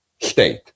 state